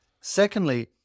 Secondly